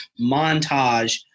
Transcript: montage